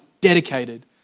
dedicated